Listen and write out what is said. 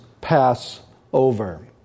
Passover